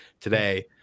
today